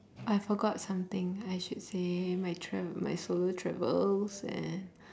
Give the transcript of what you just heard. I forgot something I should say my tra~ my solo travels and